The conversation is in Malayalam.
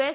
എസ്